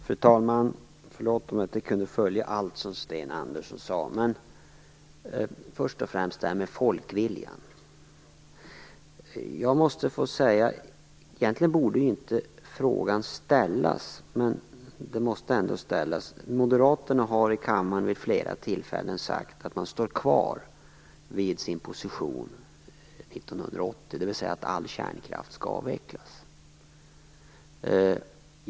Fru talman! Förlåt om jag inte kunde följa allt som Först och främst detta med folkviljan. Egentligen borde inte frågan ställas, men den måste ändå ställas. Moderaterna har i kammaren vid flera tillfällen sagt att man står kvar vid sin position 1980, dvs. att all kärnkraft skall avvecklas.